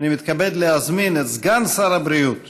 אני מתכבד להזמין את סגן שר הבריאות